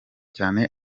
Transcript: cyane